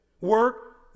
Work